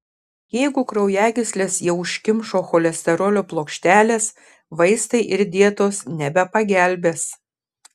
jeigu kraujagysles jau užkimšo cholesterolio plokštelės vaistai ir dietos nebepagelbės